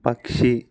పక్షి